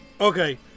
Okay